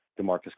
DeMarcus